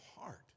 heart